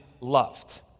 loved